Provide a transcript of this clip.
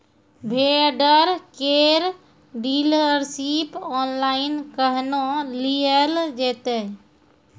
Vendor केर dealership online केहनो लियल जेतै?